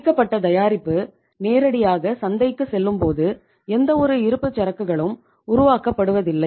முடிக்கப்பட்ட தயாரிப்பு நேரடியாக சந்தைக்குச் செல்லும்போது எந்தவொரு இருப்புச்சரக்குகளும் உருவாக்கப்படுவதில்லை